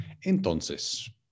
Entonces